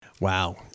Wow